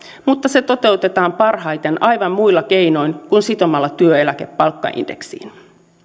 mutta se toteutetaan parhaiten aivan muilla keinoin kuin sitomalla työeläke palkkaindeksiin